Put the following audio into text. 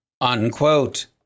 Unquote